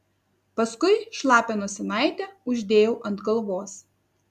paskui šlapią nosinaitę uždėjau ant galvos